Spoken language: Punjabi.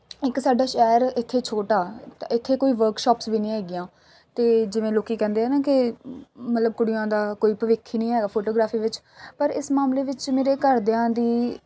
ਇੱਕ ਸਾਡਾ ਸ਼ਹਿਰ ਇੱਥੇ ਛੋਟਾ ਤਾਂ ਇੱਥੇ ਕੋਈ ਵਰਕਸ਼ਾਪਸ ਵੀ ਨਹੀਂ ਹੈਗੀਆਂ ਅਤੇ ਜਿਵੇਂ ਲੋਕ ਕਹਿੰਦੇ ਆ ਨਾ ਕਿ ਮਤਲਬ ਕੁੜੀਆਂ ਦਾ ਕੋਈ ਭਵਿੱਖ ਹੀ ਨਹੀਂ ਹੈਗਾ ਫੋਟੋਗ੍ਰਾਫੀ ਵਿੱਚ ਪਰ ਇਸ ਮਾਮਲੇ ਵਿੱਚ ਮੇਰੇ ਘਰਦਿਆਂ ਦੀ